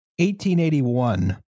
1881